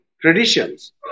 traditions